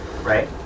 right